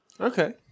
Okay